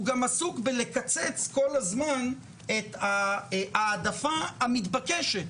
הוא גם עסוק בקיצוץ ההעדפה המתבקשת